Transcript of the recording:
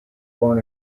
born